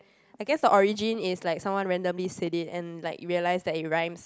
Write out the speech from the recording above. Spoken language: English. I guess the origin is like someone randomly say it and like realize that it rhymes